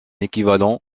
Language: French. équivalent